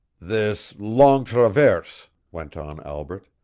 this longue traverse, went on albret,